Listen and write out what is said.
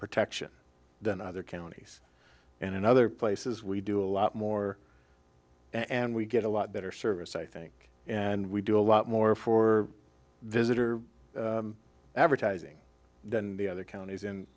protection than other counties and in other places we do a lot more and we get a lot better service i think and we do a lot more for visitor advertising than the other counties and